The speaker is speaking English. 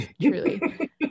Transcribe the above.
truly